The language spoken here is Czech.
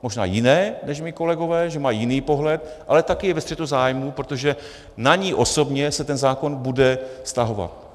Možná jiné než mí kolegové, že mají jiný pohled, ale taky je ve střetu zájmů, protože na ni osobně se ten zákon bude vztahovat.